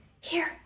Here